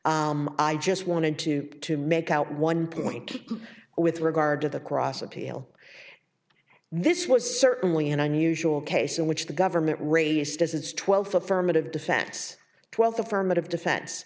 why i just wanted to to make out one point with regard to the cross appeal this was certainly an unusual case in which the government raised as its twelfth affirmative defense twelve affirmative defense